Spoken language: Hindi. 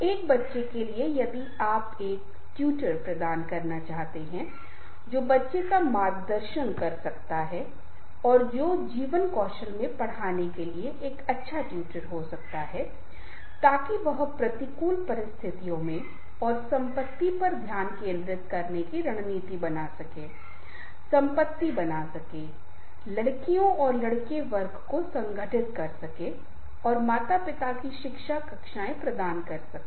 एक बच्चे के लिए यदि आप एक ट्यूटर प्रदान करना चाहते हैं जो बच्चे का मार्गदर्शन कर सकता है और जो जीवन कौशल में पढ़ाने के लिए एक अच्छा ट्यूटर हो सकता है ताकि वह प्रतिकूल परिस्थितियों में और संपत्ति पर ध्यान केंद्रित करने की रणनीति बना सके संपत्ति बना सके लड़कियों और लड़के वर्ग को संगठित कर सके और माता पिता की शिक्षा कक्षाएं प्रदान करते हैं